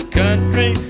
country